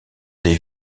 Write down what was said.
des